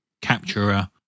capturer